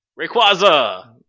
Rayquaza